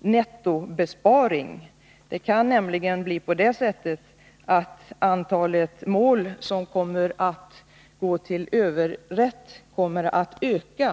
nettobesparing. Det kan nämligen bli på det sättet att antalet mål som kommer att gå till överrätt kommer att öka.